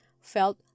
felt